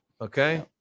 Okay